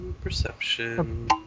perception